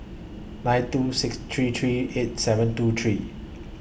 nine two six three three eight seven two three